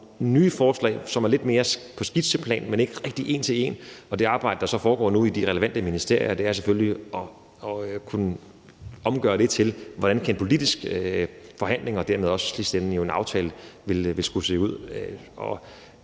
nye forslag, som er lidt mere på skitseplan, men ikke rigtig en til en, og det arbejde, der så foregår nu i de relevante ministerier, er selvfølgelig at kunne omgøre det til, hvordan en politisk forhandling og dermed jo også i sidste ende en aftale vil skulle se ud.